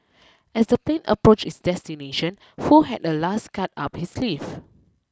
as the plane approached its destination Foo had a last card up his sleeve